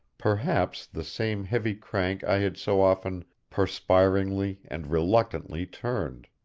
perhaps the same heavy crank i had so often perspiringly and reluctantly turned.